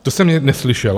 To jsem neslyšel.